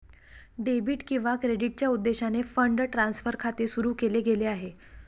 debit किंवा क्रेडिटच्या उद्देशाने फंड ट्रान्सफर खाते सुरू केले गेले आहे